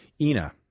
Ina –